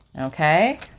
Okay